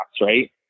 right